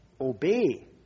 obey